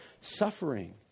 suffering